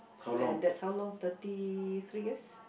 and that's how long thirty three years